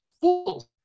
Fools